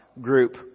group